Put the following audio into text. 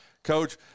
coach